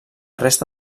resta